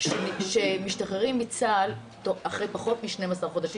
שמשתחררים מצה"ל אחרי פחות מ-12 חודשים